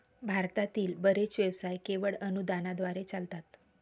भारतातील बरेच व्यवसाय केवळ अनुदानाद्वारे चालतात